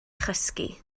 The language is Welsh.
chysgu